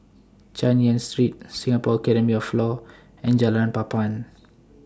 Chay Yan Street Singapore Academy of law and Jalan Papan